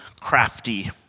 crafty